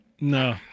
No